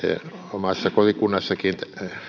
omassa kotikunnassanikin